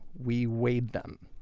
we weighed them.